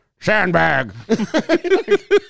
Sandbag